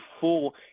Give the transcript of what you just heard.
full